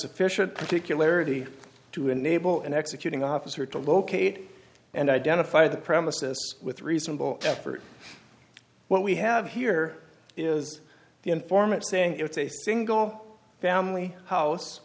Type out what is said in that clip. sufficient particularities to enable and executing officer to locate and identify the premises with reasonable effort what we have here is the informant saying it's a single family house